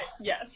yes